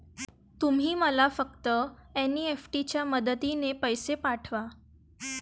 तुम्ही मला फक्त एन.ई.एफ.टी च्या मदतीने पैसे पाठवा